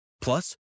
Plus